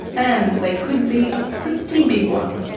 and they could be a pretty big one.